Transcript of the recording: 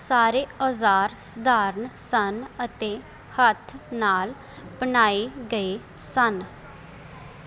ਸਾਰੇ ਔਜ਼ਾਰ ਸਧਾਰਣ ਸਨ ਅਤੇ ਹੱਥ ਨਾਲ ਬਣਾਏ ਗਏ ਸਨ